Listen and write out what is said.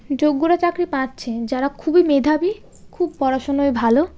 যোগ্যরা চাকরি পাচ্ছে যারা খুবই মেধাবী খুব পড়াশুনোয় ভালো